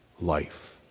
life